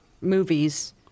movies